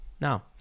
Now